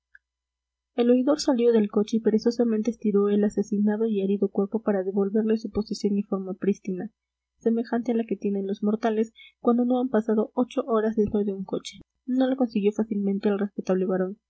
el oidor salió del coche y perezosamente estiró el acecinado y árido cuerpo para devolverle su posición y forma prístina semejante a la que tienen los mortales cuando no han pasado ocho horas dentro de un coche no lo consiguió fácilmente el respetable varón